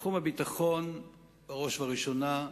תחום הביטחון בראש ובראשונה,